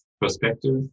perspective